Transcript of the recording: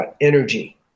energy